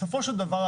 בסופו של דבר,